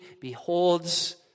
beholds